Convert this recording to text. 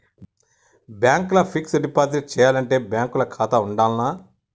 Bank ల fixed deposit చేయాలంటే bank ల ఖాతా ఉండాల్నా?